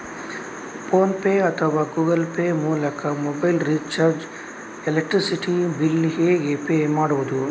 Phone pay ಅಥವಾ Google Pay ಮೂಲಕ mobile recharge, electricity bill ಹೇಗೆ ಪೇ ಮಾಡುವುದು?